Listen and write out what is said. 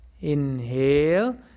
Inhale